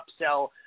upsell